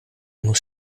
muss